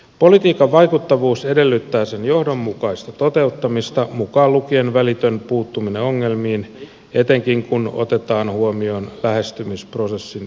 politiikan vaikuttavuus edellyttää sen johdonmukaista toteuttamista mukaan lukien välitön puuttuminen ongelmiin etenkin kun otetaan huomioon lähestymisprosessin pitkä kesto